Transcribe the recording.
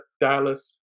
Dallas